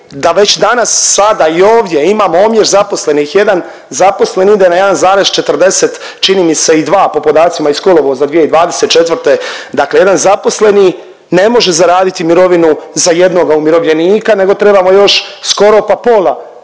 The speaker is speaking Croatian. da već danas, sada i ovdje imamo omjer zaposlenih 1 zaposleni ide na 1,40 čini mi se i dva po podacima iz kolovoza 2024. Dakle, jedan zaposleni ne može zaraditi mirovinu za jednoga umirovljenika, nego trebamo još skoro pa pola